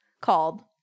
called